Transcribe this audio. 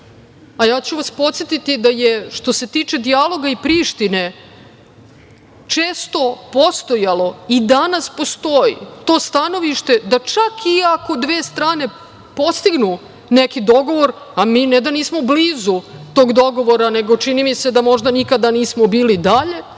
nije mešala. Podsetiću vas da je, što se tiče dijaloga i Prištine često postojalo i danas postoji to stanovište da, čak i ako dve strane postignu neki dogovor, a mi ne da nismo blizu tog dogovora, nego, čini mi se da možda nikada nismo bili dalje,